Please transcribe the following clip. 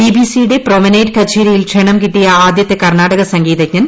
ബിബിസിയുടെ promenade കച്ചേരിയിൽ ക്ഷണം കിട്ടിയ ആദൃത്തെ കർണാടക സംഗീതജ്ഞൻ